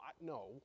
no